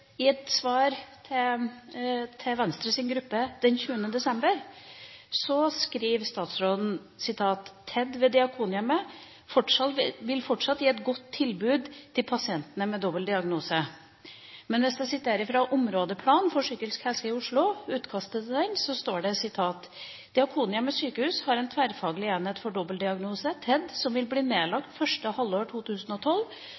ved Diakonhjemmet fortsatt vil gi et godt tilbud til pasienter med dobbeltdiagnose». Men i utkast til Områdeplan for psykisk helse i Oslo står det, og jeg siterer: «Diakonhjemmet sykehus har en Tverrfaglig enhet for dobbeltdiagnose som vil bli